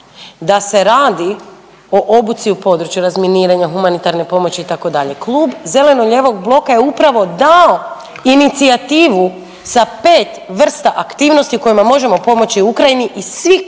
da se radi o obuci u području razminiranja, humanitarne pomoći, itd., Klub zeleno-lijevog bloka je upravo dao inicijativu sa 5 vrsta aktivnosti kojima možemo pomoći Ukrajini i svih